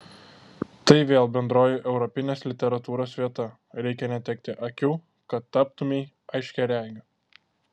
tai vėl bendroji europinės literatūros vieta reikia netekti akių kad taptumei aiškiaregiu